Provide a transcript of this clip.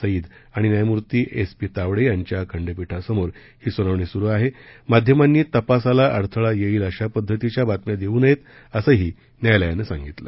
सईद आणि न्यायमूर्ती S P Tawade िांच्या खंडपीठासमोर ही सुनावणी सुरु आह आध्यमांनी तपासाला अडथळा यईक्त अशा पद्धतीच्या बातम्या दक्त नयक्त असं सुद्धा न्यायालयानं सांगितलं